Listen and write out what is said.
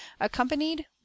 accompanied